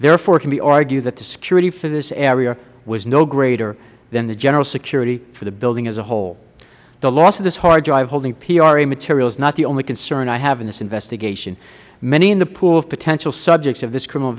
therefore it can be argued that the security for this area was no greater than the general security for the building as a whole the loss of this hard drive holding pra materials is not the only concern i have in this investigation many in the pool of potential subjects of this criminal